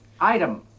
item